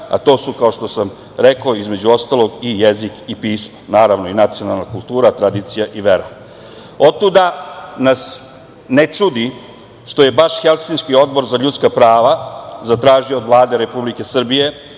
a to su, kao što sam rekao, između ostalog, i jezik i pismo, naravno, i nacionalna kultura, tradicija i vera. Otuda nas ne čudi što je baš Helsinški odbor za ljudska prava zatražio od Vlade Republike Srbije